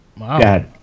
Wow